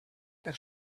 per